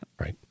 Right